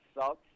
sucks